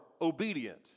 obedient